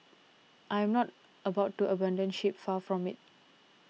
I am not about to abandon ship far from it